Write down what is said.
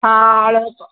ਥਾਲ